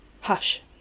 Hush